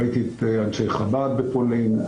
ראיתי את אנשי חב"ד בפולין,